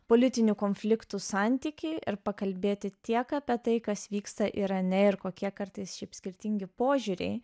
politinių konfliktų santykį ir pakalbėti tiek apie tai kas vyksta irane ir kokie kartais šiaip skirtingi požiūriai